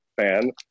fan